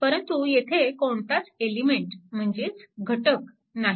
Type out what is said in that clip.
परंतु येथे कोणताच एलिमेंट म्हणजेच घटक नाही